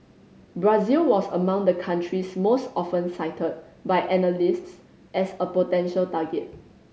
Brazil was among the countries most often cited by analysts as a potential target